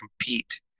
compete